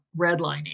redlining